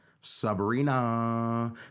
Sabrina